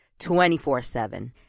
24-7